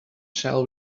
shall